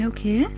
Okay